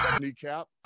Kneecap